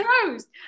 closed